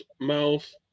mouth